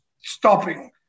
stopping